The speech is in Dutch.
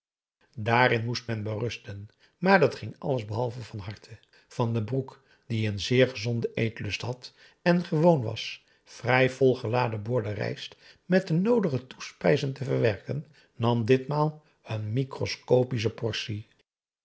daarin moest men berusten maar dat ging alles behalve van harte van den broek die een zeer gezonden eetlust had en gewoon was vrij vol geladen borden rijst met de noodige toespijzen te verwerken nam ditmaal een microscopische portie